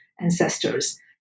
ancestors